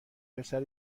پسر